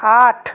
আট